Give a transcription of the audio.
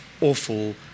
awful